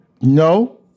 No